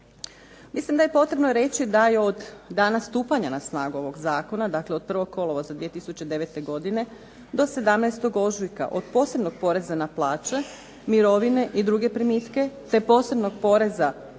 Mislim da je potrebno i reći da je od dana stupanja na snagu ovog zakona, dakle od 01. kolovoza 2009. godine do 17. ožujka od posebnog poreza na plaće, mirovine i druge primitke te posebnog poreza na